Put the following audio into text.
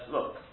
Look